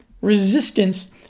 resistance